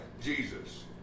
Jesus